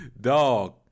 dog